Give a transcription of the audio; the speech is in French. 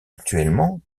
actuellement